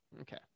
Okay